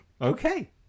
Okay